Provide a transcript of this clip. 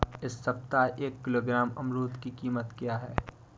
इस सप्ताह एक किलोग्राम अमरूद की कीमत क्या है?